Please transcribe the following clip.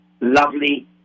lovely